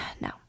No